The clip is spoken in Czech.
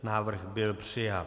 Návrh byl přijat.